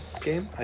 game